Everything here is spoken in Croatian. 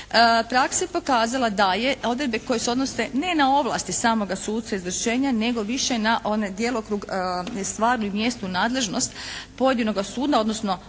praksa je pokazala da je odredbe koje se odnose ne na ovlasti samoga suca izvršenja nego više na onaj djelokrug stvarnu i mjesnu nadležnost pojedinoga suda, odnosno onda